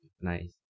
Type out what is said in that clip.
Nice